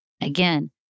Again